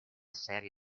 serie